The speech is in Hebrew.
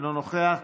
אינו נוכח.